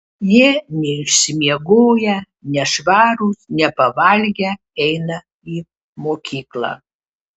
jie neišsimiegoję nešvarūs nepavalgę eina į mokyklą